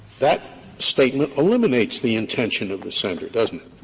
that statement eliminates the intention of the sender, doesn't it?